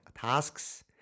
tasks